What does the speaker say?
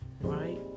right